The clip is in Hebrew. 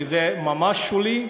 כי זה ממש שולי,